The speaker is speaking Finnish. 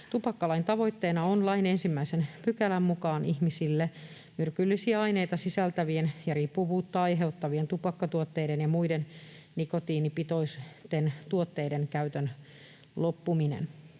Tupakkalain tavoitteena on lain 1 §:n mukaan ihmisille myrkyllisiä aineita sisältävien ja riippuvuutta aiheuttavien tupakkatuotteiden ja muiden nikotiinipitoisten tuotteiden käytön loppuminen.